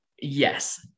Yes